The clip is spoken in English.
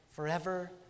forever